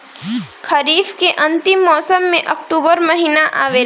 खरीफ़ के अंतिम मौसम में अक्टूबर महीना आवेला?